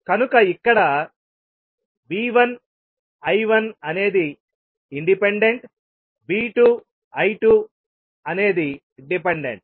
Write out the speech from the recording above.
కనుక ఇక్కడ V1 I1 అనేది ఇండిపెండెంట్ V2 I2 అనేది డిపెండెంట్